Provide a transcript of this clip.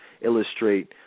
illustrate